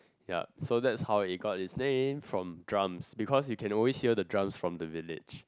yup so it's how it got it's name from drums because you can always hear the drums from the village